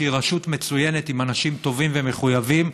שהיא רשות מצוינת עם אנשים טובים ומחויבים,